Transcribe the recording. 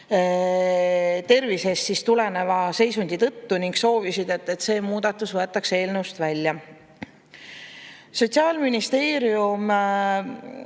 tervisest tuleneva seisundi tõttu. Nad soovisid, et see muudatus võetaks eelnõust välja. Sotsiaalministeerium